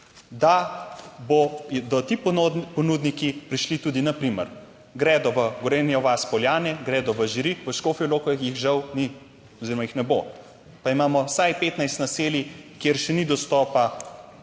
da bodo ti ponudniki prišli tudi, na primer, gredo v Gorenjo vas, Poljane, gredo v Žiri, v Škofjo Loko jih žal ni oziroma jih ne bo, pa imamo vsaj 15 naselij, kjer še ni dostopa